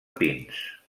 pins